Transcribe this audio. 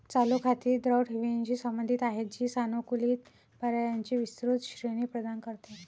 चालू खाती द्रव ठेवींशी संबंधित आहेत, जी सानुकूलित पर्यायांची विस्तृत श्रेणी प्रदान करते